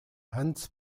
hans